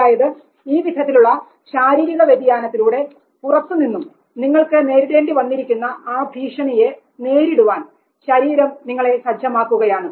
അതായത് ഈ വിധത്തിലുള്ള ശാരീരിക വ്യതിയാനത്തിലൂടെ പുറത്തുനിന്നും നിങ്ങൾക്ക് നേരിടേണ്ടി വന്നിരിക്കുന്ന ആ ഭീഷണിയെ നേരിടുവാൻ ശരീരം നിങ്ങളെ സജ്ജമാക്കുകയാണ്